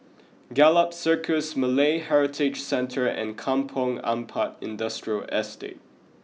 Gallop Circus Malay Heritage Centre and Kampong Ampat Industrial Estate